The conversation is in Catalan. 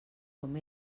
com